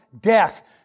death